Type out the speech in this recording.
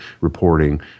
reporting